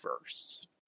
first